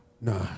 Nah